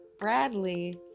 bradley